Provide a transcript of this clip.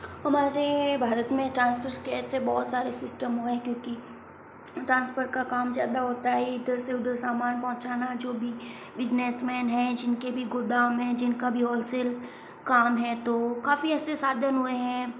हमारे भारत मे ट्रांसपोर्ट के ऐसे बहोत सरे सिस्टम हुवे है क्योंकी ट्रांसपोर्ट का काम ज्यादा होता है इधर से उधर सामान पहुंचना जो भी बुसिनेस मैन हैं जिन के भी गोदाम हैं जिन का भी होलसेल काम है तो काफ़ी ऐसे साधन हुएं हैं